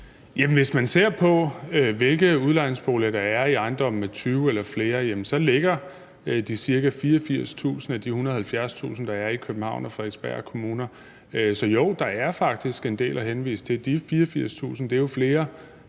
Hvis man ser på, hvilke udlejningsboliger der er i ejendomme med 20 eller flere boliger, ligger de ca. 84.000 af de 170.000, der er, i Københavns og Frederiksberg Kommuner, så jo, der er faktisk en del at henvise til. De 84.000 boliger